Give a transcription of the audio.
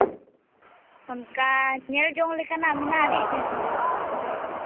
ᱚᱱᱠᱟ ᱧᱮᱞ ᱡᱚᱝ ᱞᱮᱠᱟᱱᱟᱜ ᱢᱮᱱᱟᱜᱼᱟ ᱟᱹᱰᱤ ᱰᱷᱮᱨ ᱜᱮ